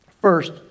first